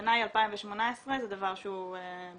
השנה היא 2018, זה דבר שהוא בסיסי